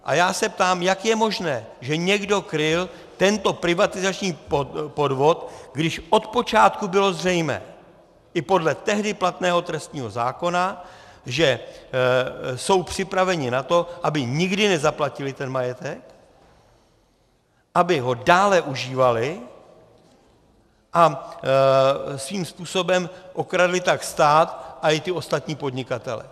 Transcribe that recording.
A já se ptám, jak je možné, že někdo kryl tento privatizační podvod, když od počátku bylo zřejmé i podle tehdy platného trestního zákona, že jsou připraveni na to, aby nikdy nezaplatili ten majetek, aby ho dále užívali a svým způsobem okradli tak stát a i ty ostatní podnikatele.